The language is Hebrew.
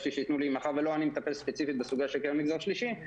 מאחר ולא אני מטפל ספציפית בסוגיה של הקרן למגזר השלישי,